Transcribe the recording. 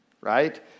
right